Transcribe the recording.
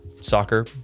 Soccer